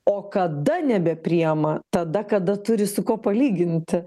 o kada nebepriima tada kada turi su kuo palyginti